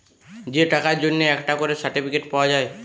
যে টাকার জন্যে একটা করে সার্টিফিকেট পাওয়া যায়